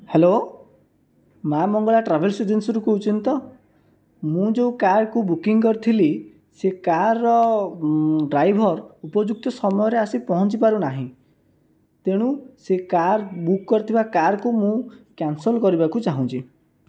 hello ma'am' Mangala travels ଏଜେନ୍ସିରୁ କହୁଛନ୍ତି ତ ମୁଁ ଯେଉଁ କାର୍କୁ ବୁକିଂ କରିଥିଲି ସେ କାର୍ର ଡ୍ରାଇଭର ଉପଯୁକ୍ତ ସମୟରେ ଆସି ପହଞ୍ଚିପାରୁନାହିଁ ତେଣୁ ସେ କାର୍ ବୁକ୍ କରିଥିବା କାର୍କୁ ମୁଁ କ୍ୟାନସଲ୍ କରିବାକୁ ଚାହୁଁଛି